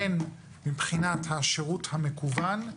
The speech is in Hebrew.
הן מבחינת השירות המקוון,